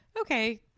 okay